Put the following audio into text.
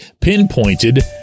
pinpointed